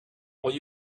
will